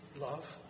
love